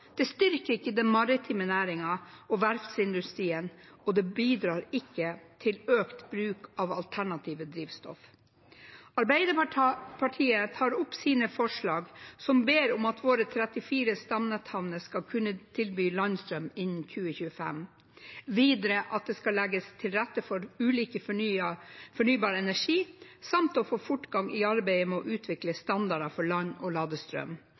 det styrker ikke den maritime næringen og verftsindustrien, og det bidrar ikke til økt bruk av alternative drivstoff. Jeg tar opp forslagene fra Arbeiderpartiet, Senterpartiet og SV. Vi ber om at våre 32 stamnetthavner skal kunne tilby landstrøm innen 2025. Videre ber vi om at det skal legges til rette for ulik fornybar energi, samt å få fortgang i arbeidet med å utvikle standarder for land- og ladestrøm,